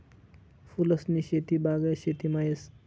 फूलसनी शेती बागायत शेतीमा येस